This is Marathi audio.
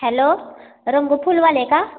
हॅलो रंगफूलवाले का